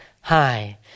Hi